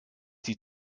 die